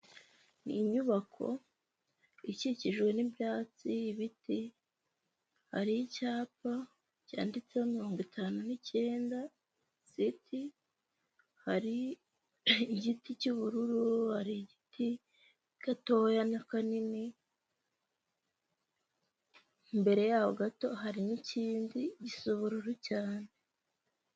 Ni inyubako ikikijwe n'ibyatsi, ibiti hari icyapa cyanditseho mirongo itanu n'icyenda siti, hari igiti cy'ubururu hari igiti gatoya n'akanini, imbere yaho gato hari n'ikindi gisa ubururu cyane.